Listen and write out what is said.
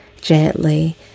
gently